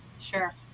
Sure